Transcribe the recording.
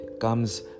comes